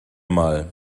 mal